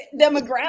demographic